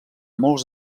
molts